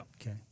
Okay